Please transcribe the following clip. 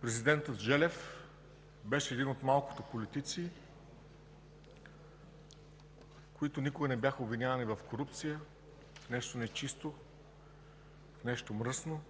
Президентът Желев беше един от малкото политици, които никога не бяха обвинявани в корупция, в нещо нечисто, в нещо мръсно.